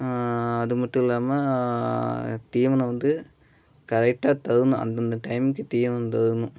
அது மட்டும் இல்லாமல் தீவனம் வந்து கரெட்டாக தரணும் அந்தந்த டைமுக்கு தீவனம் தரணும்